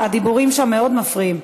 הדיבורים שם מאוד מפריעים.